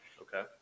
Okay